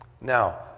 Now